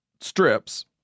strips